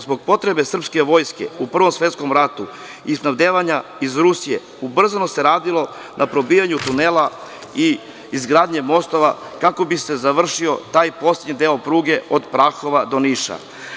Zbog potrebe srpske vojske u Prvom svetskom ratu i snabdevanja iz Rusije, ubrzano se radilo na probijanju tunela i izgradnje mostova, kako bi se završio taj poslednji deo pruge od Prahova do Niša.